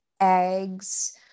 eggs